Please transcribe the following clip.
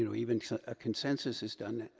you know even a consensus is done,